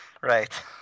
right